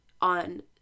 on